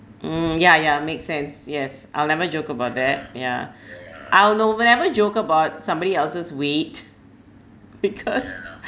mm ya ya make sense yes I'll never joke about that yeah I'll no never joke about somebody else's weight because